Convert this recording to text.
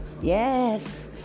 Yes